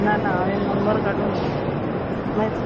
ना ना हांवेन नंबर काडुना माग